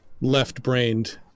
left-brained